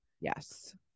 yes